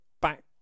back